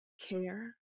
care